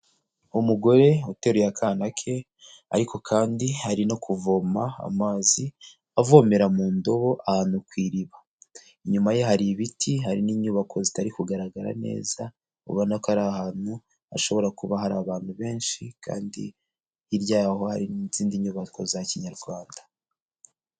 Umugore utereye akana ke ariko kandi ari no kuvoma amazi avomera mu ndobo ahantu ku iriba, inyuma ye hari ibiti, hari n'inyubako zitarikugaragara neza ubona ko ari ahantu hashobora kuba hari abantu benshi kandi hir y'aho hari n'izindi nyubako za kinyarwanda.